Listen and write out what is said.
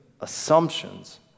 assumptions